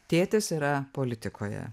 tėtis yra politikoje